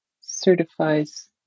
certifies